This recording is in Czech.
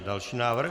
Další návrh.